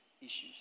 issues